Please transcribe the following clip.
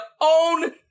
own